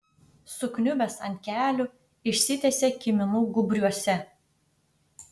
sukniubęs ant kelių išsitiesė kiminų gūbriuose